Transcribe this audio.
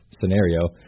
scenario